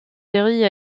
série